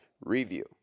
review